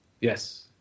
Yes